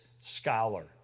scholar